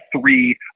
three